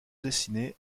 dessinée